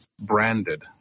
branded